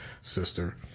sister